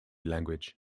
language